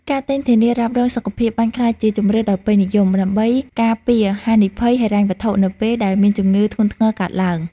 ការទិញធានារ៉ាប់រងសុខភាពបានក្លាយជាជម្រើសដ៏ពេញនិយម ដើម្បីការពារហានិភ័យហិរញ្ញវត្ថុនៅពេលដែលមានជំងឺធ្ងន់ធ្ងរកើតឡើង។